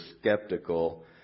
skeptical